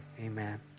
amen